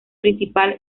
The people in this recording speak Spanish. principal